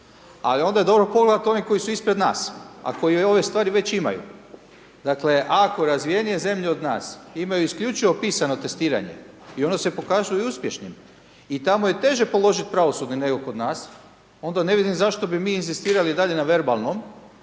ali onda je dobro pogledati one koji su ispred nas, a koje ove stvari već imaju. Dakle, ako razvijenije zemlje od nas imaju isključivo pisano testiranje i ono se pokazuje uspješnim i tamo je teže položiti pravosudni nego kod nas onda ne vidim zašto bi mi inzistirali i dalje na verbalnom